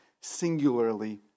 singularly